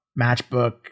matchbook